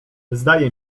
zdaje